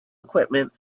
equipment